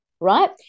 right